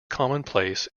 commonplace